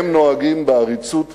הם נוהגים בעריצות ובאכזריות,